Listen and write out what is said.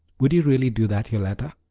would you really do that, yoletta?